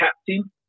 captain